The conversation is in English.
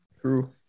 True